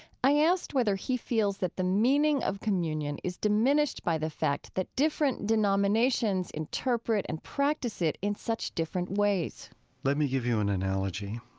i asked whether he feels that the meaning of communion is diminished by the fact that different denominations interpret and practice it in such different ways let me give you an analogy.